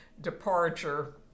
departure